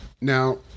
Now